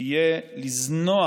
תהיה לזנוח,